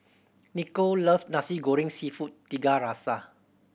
Nichol loves Nasi Goreng Seafood Tiga Rasa